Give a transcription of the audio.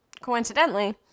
coincidentally